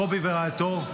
קובי ורעייתו,